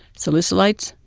salicylates,